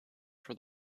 for